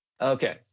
Okay